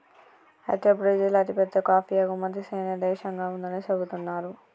అయితే బ్రిజిల్ అతిపెద్ద కాఫీ ఎగుమతి సేనే దేశంగా ఉందని సెబుతున్నారు